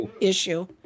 issue